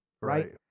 Right